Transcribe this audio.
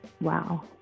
Wow